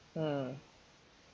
mm